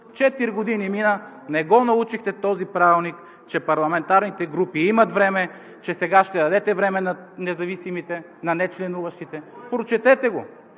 Четири години минаха, не научихте този правилник – че парламентарните групи имат време, че сега ще дадете време на нечленуващите. Прочетете го!